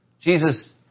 Jesus